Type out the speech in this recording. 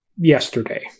yesterday